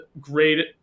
great